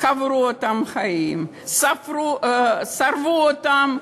קברו אותם חיים, שרפו אותם,